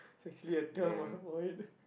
there's actually a term ah for it